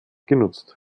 genutzt